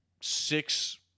six –